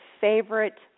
favorite